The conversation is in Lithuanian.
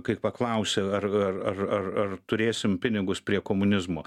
kai paklausi ar turėsim pinigus prie komunizmo